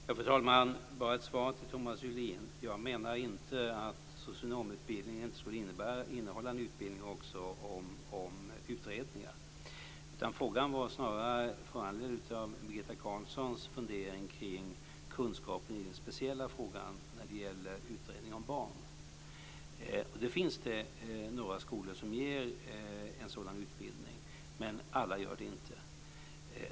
Fru talman! Först ett svar till Thomas Julin. Jag menar inte att socionomutbildningen inte skulle innehålla en utbildning om utredningar. Frågan var följden kring Birgitta Carlssons fundering kring kunskapen i den speciella frågan om utredning av barn. Det finns några skolor som ger en sådan utbildning, men alla gör det inte.